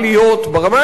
ברמה העקרונית,